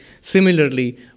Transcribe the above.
Similarly